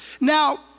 Now